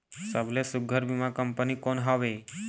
सबले सुघ्घर बीमा कंपनी कोन हवे?